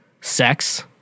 sex